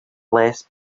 less